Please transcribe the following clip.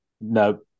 No